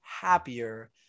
happier